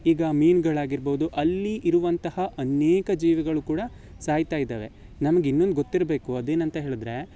ಈಗ ಮೀನುಗಳಾಗಿರ್ಬೋದು ಅಲ್ಲಿ ಇರುವಂತಹ ಅನೇಕ ಜೀವಿಗಳು ಕೂಡ ಸಾಯ್ತಾ ಇದವೆ ನಮ್ಗೆ ಇನ್ನೊಂದು ಗೊತ್ತಿರಬೇಕು ಅದೇನಂತ ಹೇಳಿದ್ರೆ